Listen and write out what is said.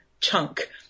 chunk